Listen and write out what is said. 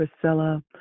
Priscilla